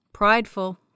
Prideful